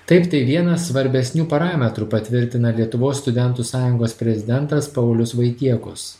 taip tai vienas svarbesnių parametrų patvirtina lietuvos studentų sąjungos prezidentas paulius vaitiekus